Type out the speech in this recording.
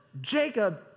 Jacob